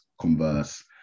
converse